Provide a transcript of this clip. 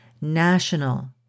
national